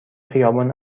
خیابان